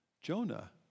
Jonah